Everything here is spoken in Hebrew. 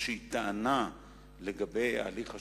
טענה לגבי ההליך השיפוטי,